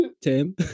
Tim